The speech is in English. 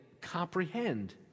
comprehend